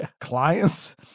clients